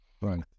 Right